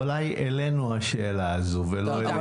אולי אלינו השאלה הזאת ולא אליהם.